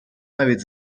навіть